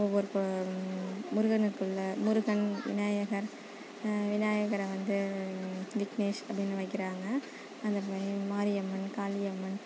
ஒவ்வொரு குழ் முருகனுக்குள்ளே முருகன் விநாயகர் விநாயகரை வந்து விக்னேஷ் அப்படின்னு வைக்கிறாங்க அந்த மாரி மாரியம்மன் காளியம்மன்